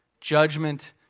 judgment